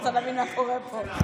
אני רוצה להבין מה קורה פה.